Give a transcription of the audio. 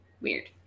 Weird